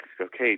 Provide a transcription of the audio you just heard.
okay